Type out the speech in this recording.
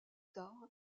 tard